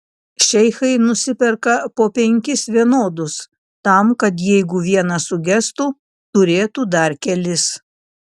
šeichai nusiperka po penkis vienodus tam kad jeigu vienas sugestų turėtų dar kelis